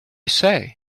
say